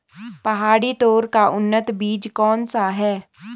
पहाड़ी तोर का उन्नत बीज कौन सा है?